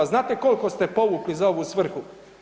Znate koliko ste povukli za ovu svrhu?